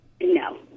No